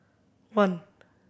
one